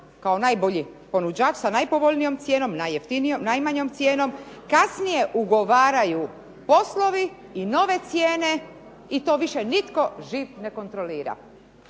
kao najbolji ponuđač sa najpovoljnijom cijenom, najjefitnijom, najmanjom cijenom kasnije ugovaraju poslovi i nove cijene i to više nitko živ ne kontrolira.